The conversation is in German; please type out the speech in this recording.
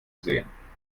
sehen